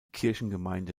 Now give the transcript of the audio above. kirchengemeinde